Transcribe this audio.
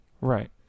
right